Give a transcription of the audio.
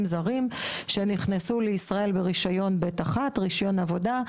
זרים שנכנסו לישראל ברישיון ב'-1 רישיון עבודה,